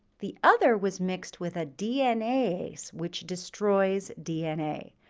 the other was mixed with a dnase which destroys dna.